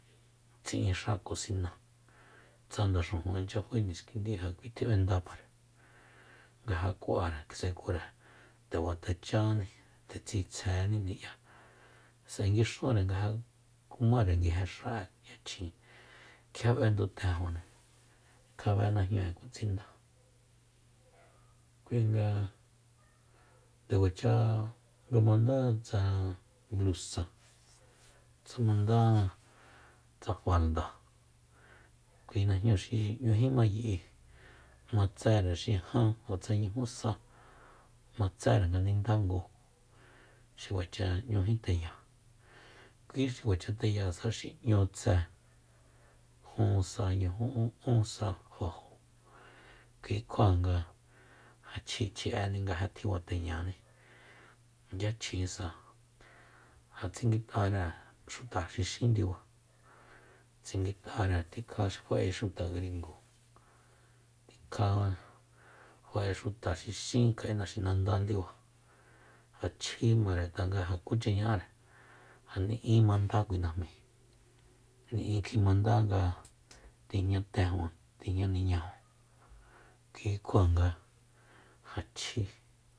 Tsi'in xa kusináa tsa ndaxujun inchya fae niskindi ja kui tjib'endamare nga ja ku'are s'aekure nde batecháni nde tsitsjeni ni'ya s'ae nguixunre nga ja kumare nguije xa'e yachjin kjia b'endutenju kjabe najñu'e ku tsinda kuinga nde kuacha nga mandá tsa blusa tsa manda falda kui najñu xi 'ñújima yi'i matsére xi jan utsa ñuju sa matsere nga ninda ngu xi kuacha 'ñúji teya kuíxi kuacha teyasa xi 'ñu tse jun sa nuju ún sa fajo kui kjua nga ja chji chji'eni nga ja tjibateñani yachjinsa ja tsinguit'are xuta xi xin ndiba tsinguit'are nga tikja fa'e xuta gringo tikja fa'e xuta xi xín kja'e naxinanda ndiba ja chji mare tanga ja kucha ña'are ja ni'i manda kui najmíi ni'i kjimanda nga tijñatenju tijña niñaju kui kjua nga chji